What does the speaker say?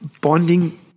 bonding